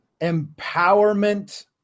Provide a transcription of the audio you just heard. empowerment